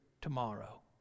tomorrow